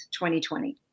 2020